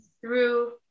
through-